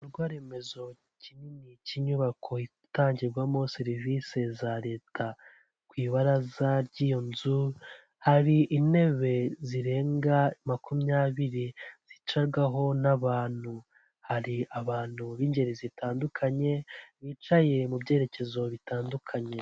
Igikorwaremezo kinini cy'inyubako itangirwamo serivisi za leta, ku ibaraza ry'iyo nzu hari intebe zirenga makumyabiri, zicarwaho n'abantu, hari abantu b'ingeri zitandukanye bicaye mu byerekezo bitandukanye.